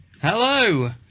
hello